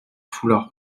foulard